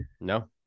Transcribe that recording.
no